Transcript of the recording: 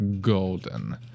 golden